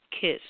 kiss